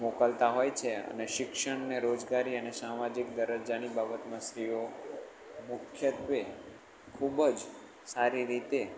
મોકલતા હોય છે અને શિક્ષણને રોજગારી અને સામાજિક દરજ્જાની બાબતમાં સ્ત્રીઓ મુખ્યત્વે ખૂબ જ સારી રીતે